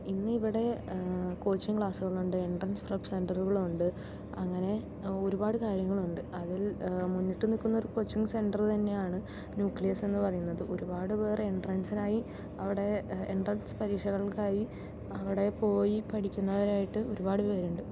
ഇന്നിവിടെ കോച്ചിങ്ങ് ക്ലാസുകളുണ്ട് entrance top സെന്ററുകളുണ്ട് അങ്ങനെ ഒരുപാട് കാര്യങ്ങളുണ്ട് അതിൽ മുന്നിട്ട് നിൽക്കുന്നൊരു കോച്ചിങ് സെന്ർ തന്നെയാണ് ന്യൂക്ലിയസ് എന്നു പറയുന്നത് ഒരുപാട് പേർ എൻട്രൻസിനായി അവിടെ എൻട്രൻസ് പരീക്ഷകൾക്കായി അവിടെ പോയി പഠിക്കുന്നവരായിട്ട് ഒരുപാട് പേരുണ്ട്